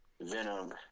Venom